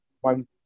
One